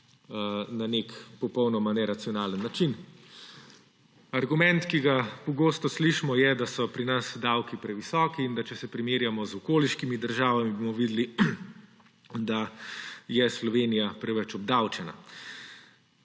na nek popolnoma neracionalen način. Argument, ki ga pogosto slišimo, je, da so pri nas davki previsoki in da če se primerjamo z okoliškimi državami, bomo videli, da je Slovenija preveč obdavčena.